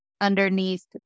Underneath